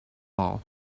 all